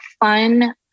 fun